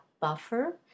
buffer